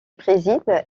préside